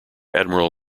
admiral